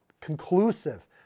Conclusive